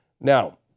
now